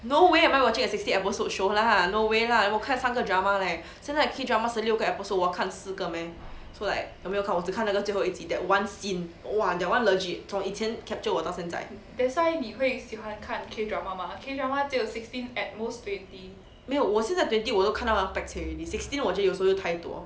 no way am I watching a sixty episode show lah no way lah 我看三个 drama leh 现在 key drama 是六个 episode 我看四个 man so like 我没有看我只看那个最后一集 that one scene !wah! that [one] legit 从以前 capture 我到现在没有我现在 twenty 我都看到要 pek-cek already sixteen 我觉得有时候都太多